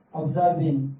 observing